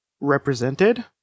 represented